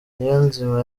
niyonzima